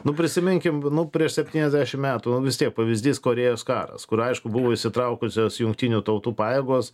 nu prisiminkim nu prieš septyniasdešim metų nu vis tiek pavyzdys korėjos karas kur aišku buvo įsitraukusios jungtinių tautų pajėgos